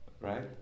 Right